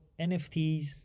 NFTs